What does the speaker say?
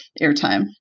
airtime